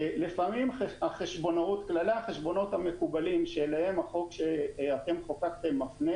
לפעמים כללי החשבונאות המקובלים שאליהם החוק שאתם חוקקתם מפנה